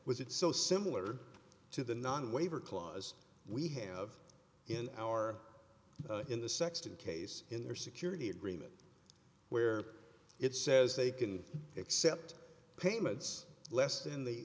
was it's so similar to the non waiver clause we have in our in the sexton case in their security agreement where it says they can accept payments less than the